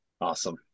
Awesome